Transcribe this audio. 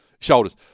shoulders